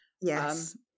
Yes